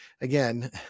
Again